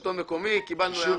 לשלטון המקומי קיבלנו הערה.